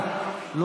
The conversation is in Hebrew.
אני שמעתי.